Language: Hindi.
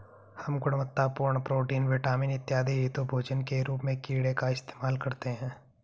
हम गुणवत्तापूर्ण प्रोटीन, विटामिन इत्यादि हेतु भोजन के रूप में कीड़े का इस्तेमाल करते हैं